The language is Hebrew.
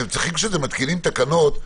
כשמתקינים תקנות,